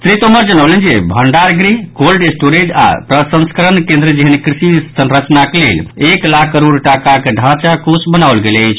श्री तोमर जनौलनि जे भण्डार गृह कोल्ड स्टोरेज आओर प्रसंस्करण केन्द्र जेहेन कृषि संरचनाक लेल एक लाख करोड़ टाकाक ढांचा कोष बनाओल गेल अछि